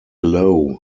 lowe